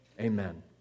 Amen